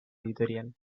editorial